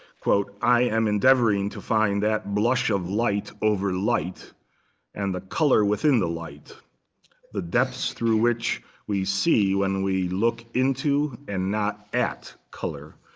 quote, i am endeavoring to find that blush of light over light and the color within the light the depths through which we see when we look into and not at color.